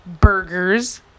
burgers